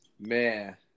Man